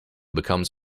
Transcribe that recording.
becomes